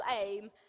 aim